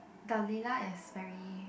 the layla is very